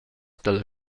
dalla